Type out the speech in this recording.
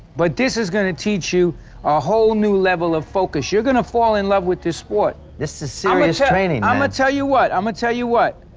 but this is gonna teach you a whole new level of focus, you're gonna fall in love with this sport. this is serious ah training man. i'm gonna tell you what, i'm gonna tell you what,